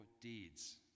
deeds